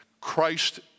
Christ